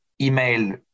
email